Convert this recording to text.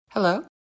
Hello